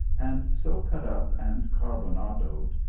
and so cut up and carbonadoed,